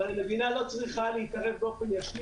--- והמדינה לא צריכה להתערב באופן ישיר